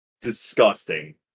Disgusting